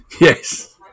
Yes